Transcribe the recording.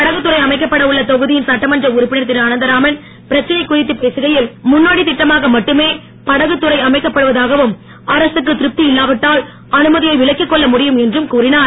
படகுத்துறை அமைக்கப்பட உள்ள தொகுதியின் சட்டமன்ற உறுப்பினர் திருஅனந்தராமன் பிரச்சனை குறித்து பேசகையில் முன்னோடித் திட்டமாக மட்டுமே படகுத்துறை அமைக்கப்படுவதாகவும் அரசுக்கு திருப்தி இல்லாவிட்டால் அனுமதியை விலக்கிக்கொள்ள முடியும் என்றும் கூறிஞர்